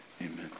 Amen